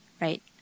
right